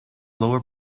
lower